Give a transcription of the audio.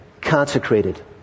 consecrated